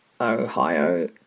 Ohio